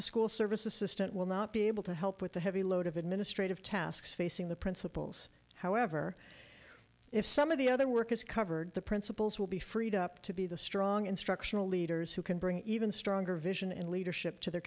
the school service assistant will not be able to help with the heavy load of administrative tasks facing the principals however if some of the other work is covered the principals will be freed up to be the strong instructional leaders who can bring even stronger vision and leadership to their